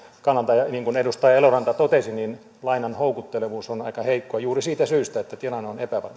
kannalta niin kuin edustaja eloranta totesi lainan houkuttelevuus on aika heikkoa juuri siitä syystä että tilanne on epävarma